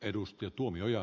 arvoisa puhemies